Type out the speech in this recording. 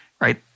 right